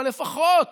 אבל לפחות